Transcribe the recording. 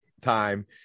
time